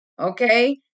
okay